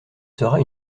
sera